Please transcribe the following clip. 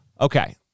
Okay